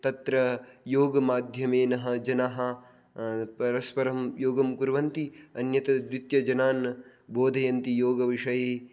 तत्र योगमाध्यमेन जनाः परस्परं योगं कुर्वन्ति अन्यत् द्वितीयजनान् बोधयन्ति योगविषये